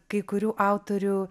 kai kurių autorių